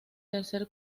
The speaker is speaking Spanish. tercer